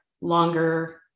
longer